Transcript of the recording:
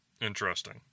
Interesting